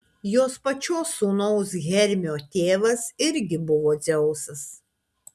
jos pačios sūnaus hermio tėvas irgi buvo dzeusas